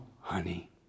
honey